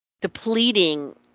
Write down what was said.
depleting